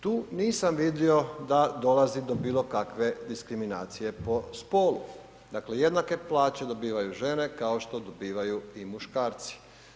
Tu nisam vidio da dolazi do bilo kakve diskriminacije po spolu, dakle jednake plaće dobivaju žene kao što dobivaju i muškarci.